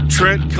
Trent